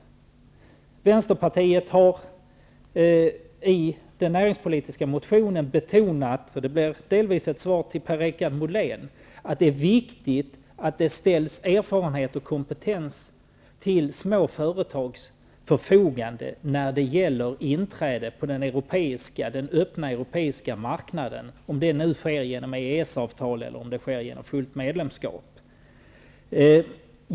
Vänsterpartiet har i den näringspolitiska motionen -- det blir delvis ett svar till Per-Richard Molén -- betonat att det är viktigt att det ställs erfarenhet och kompetens till små företags förfogande när det gäller inträde på den öppna europeiska marknaden, om det nu sker genom EES-avtal eller genom fullt medlemskap.